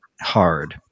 hard